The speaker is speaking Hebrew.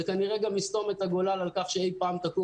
זה כנראה גם יסתום את הגולל על כך שאי פעם תקום